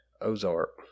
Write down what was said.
Ozark